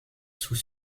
sous